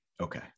Okay